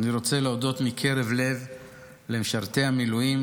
אני רוצה להודות מקרב לב למשרתי המילואים,